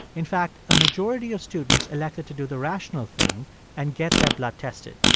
in fact, a majority of students elected to do the rational thing and get their blood tested.